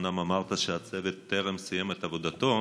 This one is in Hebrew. אומנם אמרת שהצוות טרם סיים את עבודתו.